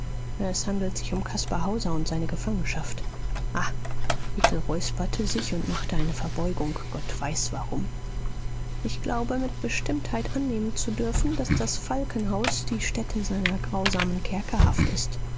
es handelt sich um caspar hauser und seine gefangenschaft ah hickel räusperte sich und machte eine verbeugung gott weiß warum ich glaube mit bestimmtheit annehmen zu dürfen daß das falkenhaus die stätte seiner grausamen kerkerhaft ist